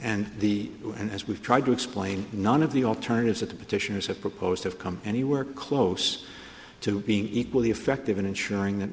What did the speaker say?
and the and as we've tried to explain none of the alternatives at the petitioners have proposed have come anywhere close to being equally effective in ensuring that